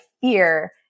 fear